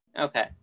Okay